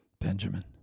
Benjamin